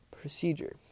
procedure